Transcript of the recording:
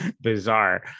bizarre